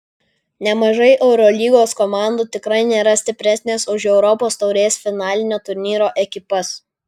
nemažai eurolygos komandų tikrai nėra stipresnės už europos taurės finalinio turnyro ekipas